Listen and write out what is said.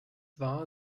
war